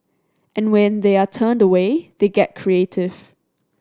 and when they are turned away they get creative